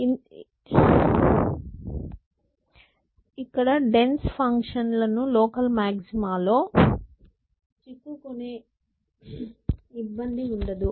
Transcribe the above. ఎందుకంటే dense function కు local maxima లో చిక్కుకునే ఇబ్బంది ఉండదు